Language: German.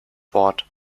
wort